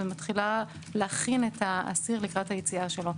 ומתחילה להכין את האסיר לקראת היציאה שלו.